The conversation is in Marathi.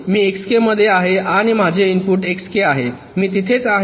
मी Xk मध्ये आहे आणि माझे इनपुट Xk आहे मी तिथेच आहे